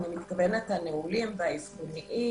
אני מתכוונת הנעולים והאבחוניים.